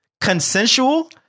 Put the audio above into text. consensual